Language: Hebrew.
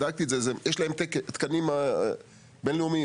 יש להם תקנים בין-לאומיים.